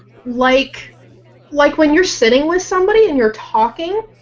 like like when you're sitting with somebody and your talking.